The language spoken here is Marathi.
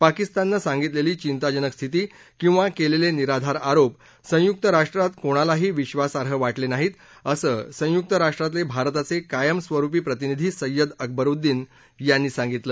पाकिस्ताननं सांगितलेली चिंताजनक स्थिती किंवा केलेले निराधार आरोप संयुक्त राष्ट्रात कोणालाही विधासार्ह वा क्री नाहीत असं संयुक्त राष्ट्रातले भारताचे कायमस्वरुपी प्रतिनिधी सय्यद अकबरउद्दीन यांनी सांगितलं